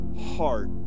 heart